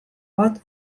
bat